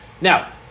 Now